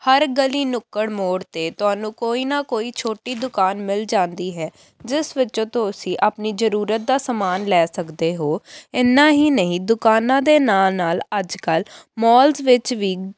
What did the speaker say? ਹਰ ਗਲੀ ਨੁੱਕੜ ਮੋੜ 'ਤੇ ਤੁਹਾਨੂੰ ਕੋਈ ਨਾ ਕੋਈ ਛੋਟੀ ਦੁਕਾਨ ਮਿਲ ਜਾਂਦੀ ਹੈ ਜਿਸ ਵਿੱਚੋਂ ਤੁਸੀਂ ਆਪਣੀ ਜ਼ਰੂਰਤ ਦਾ ਸਮਾਨ ਲੈ ਸਕਦੇ ਹੋ ਇੰਨਾ ਹੀ ਨਹੀਂ ਦੁਕਾਨਾਂ ਦੇ ਨਾਲ ਨਾਲ ਅੱਜ ਕੱਲ੍ਹ ਮੋਲਸ ਵਿੱਚ ਵੀ